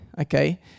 okay